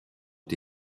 ont